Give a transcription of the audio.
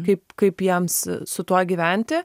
kaip kaip jiem su tuo gyventi